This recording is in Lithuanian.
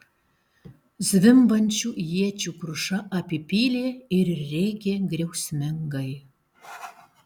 zvimbiančių iečių kruša apipylė ir rėkė griausmingai